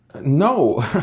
No